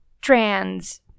trans